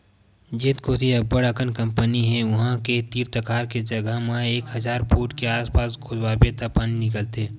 जेन कोती अब्बड़ अकन कंपनी हे उहां के तीर तखार के जघा म एक हजार फूट के आसपास खोदवाबे त पानी निकलथे